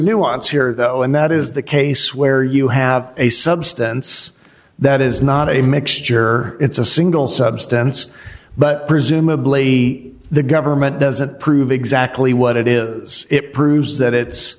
nuance here though and that is the case where you have a substance that is not a mixture it's a single substance but presumably the government doesn't prove exactly what it is it proves that it's